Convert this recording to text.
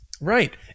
Right